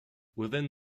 within